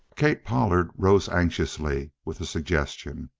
kate pollard rose anxiously with a suggestion.